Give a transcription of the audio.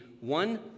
one